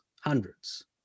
hundreds